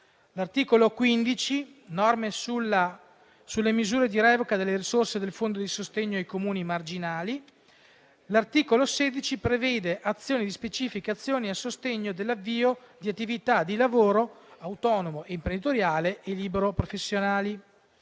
L'articolo 15 reca norme sulle misure di revoca delle risorse del Fondo di sostegno ai Comuni marginali. L'articolo 16 prevede specifiche azioni a sostegno dell'avvio di attività di lavoro autonomo, imprenditoriale e libero-professionale.